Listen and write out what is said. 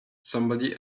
somebody